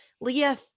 Leah